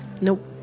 Nope